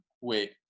wait